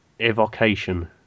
Evocation